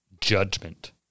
Judgment